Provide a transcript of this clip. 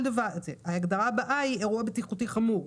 ההגדרה הבאה היא אירוע בטיחותי חמור.